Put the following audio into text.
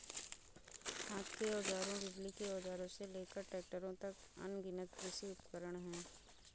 हाथ के औजारों, बिजली के औजारों से लेकर ट्रैक्टरों तक, अनगिनत कृषि उपकरण हैं